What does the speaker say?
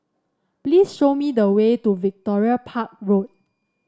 please show me the way to Victoria Park Road